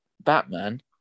Batman